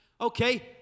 Okay